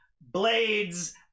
Blades